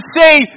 say